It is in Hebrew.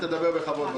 תדבר בכבוד בבקשה.